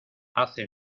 hace